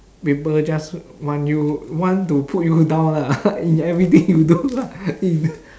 people just want you want to put you down lah in everything you do lah in